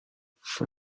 for